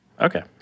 Okay